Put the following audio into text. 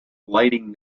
lighting